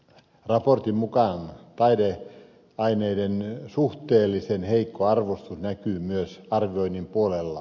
raportin mukaan taideaineiden suhteellisen heikko arvostus näkyy myös arvioinnin puolella